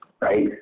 right